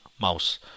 mouse